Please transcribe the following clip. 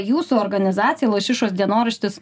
jūsų organizacija lašišos dienoraštis